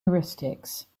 heuristics